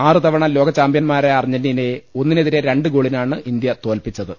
ആറു തവണ ലോകചാമ്പ്യന്മാരായ അർജന്റീ നയെ ഒന്നിനെതിരെ രണ്ട് ഗോളിനാണ് ഇന്ത്യ തോൽപ്പിച്ചത്